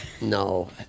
No